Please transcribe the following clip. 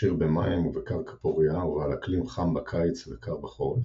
עשיר במים ובקרקע פורייה ובעל אקלים חם בקיץ וקר בחורף,